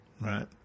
right